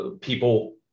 people